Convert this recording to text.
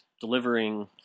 delivering